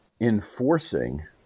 enforcing